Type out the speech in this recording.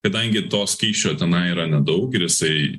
kadangi to skysčio tenai yra nedaug ir jisai